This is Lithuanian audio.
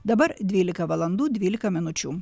dabar dvylika valandų dvylika minučių